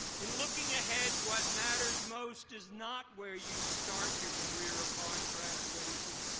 in looking ahead, what matters most is not where you start your career upon graduating,